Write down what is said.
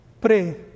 pray